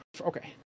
okay